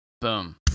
Boom